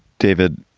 david,